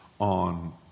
on